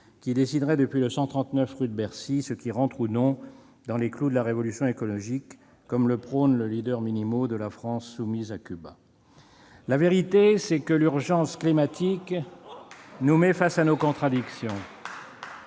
qui déciderait, depuis le 139 rue de Bercy, ce qui rentre ou non dans les clous de la révolution écologique, comme le prône le de la France soumise à Cuba ! La vérité, c'est que l'urgence climatique nous met face à nos contradictions.